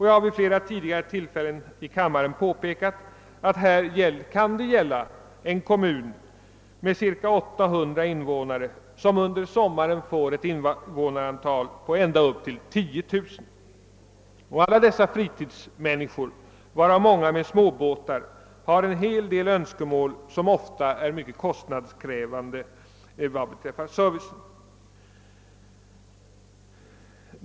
Jag har vid flera tidigare tillfällen i kammaren påpekat att det kan gälla kommuner med cirka 800 invånare som under sommaren får sitt invånarantal ökat ända upp till 10 000. Och alla dessa fritidsmänniskor — varav många med småbåtar — har en hel del önskemål som ofta innebär mycket kostnadskrävande service.